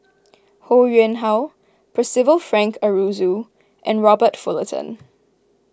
Ho Yuen Hoe Percival Frank Aroozoo and Robert Fullerton